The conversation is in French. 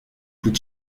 coûte